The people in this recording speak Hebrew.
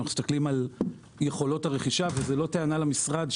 אם אנחנו מסתכלים על יכולות הרכישה וזו לא טענה למשרד,